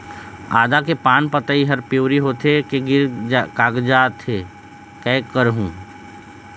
आदा के पान पतई हर पिवरी होथे के गिर कागजात हे, कै करहूं?